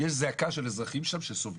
יש זעקה של אזרחים שסובלים.